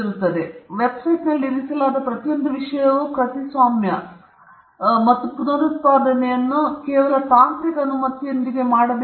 ಹಾಗಾಗಿ ವೆಬ್ಸೈಟ್ನಲ್ಲಿ ಇರಿಸಲಾದ ಪ್ರತಿಯೊಂದು ವಿಷಯವೂ ಕೃತಿಸ್ವಾಮ್ಯ ಮತ್ತು ಪುನರುತ್ಪಾದನೆಯನ್ನು ಕೇವಲ ತಾಂತ್ರಿಕವಾಗಿ ಅನುಮತಿಯೊಂದಿಗೆ ಮಾಡಬೇಕು